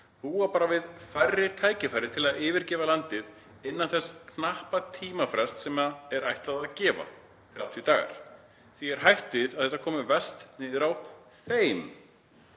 búa bara við færri tækifæri til að yfirgefa landið innan þess knappa tímafrests sem er ætlað að gefa, 30 daga. Því er hætt við að þetta komi verst niður á þeim,